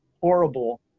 horrible